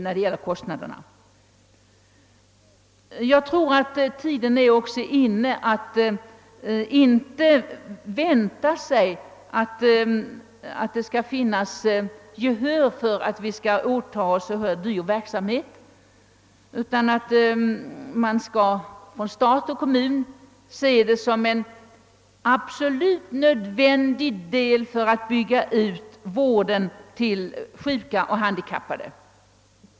Jag tror inte att man längre kan finna gehör för den åsikten, att vi skall åtaga oss en så pass dyr verksamhet, utan stat och kommun bör i växande grad låta denna ingå som en naturlig del i utbyggnaden av vården av sjuka och handikappade.